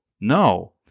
No